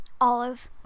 Olive